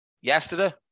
Yesterday